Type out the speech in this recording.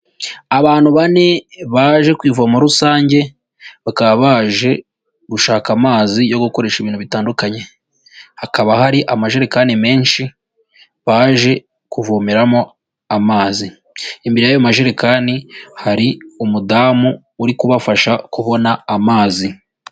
Abantu bane baje ku ivomo rusange bakaba baje gushaka amazi yo gukoresha ibintu bitandukanye hakaba hari amajerekani menshi baje kuvomeramo amazi, imbere y'ayo majerekani hari umudamu uri kubafasha kubona amazi.